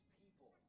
people